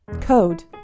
code